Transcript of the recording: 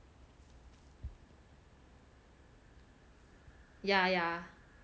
yeah yeah